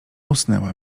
usnęła